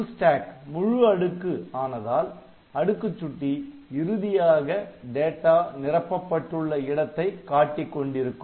Full Stack முழு அடுக்கு ஆனதால் அடுக்குச் சுட்டி இறுதியாக டேட்டா நிரப்பப்பட்டுள்ள இடத்தை காட்டிக் கொண்டிருக்கும்